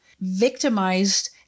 victimized